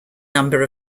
number